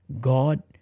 God